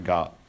God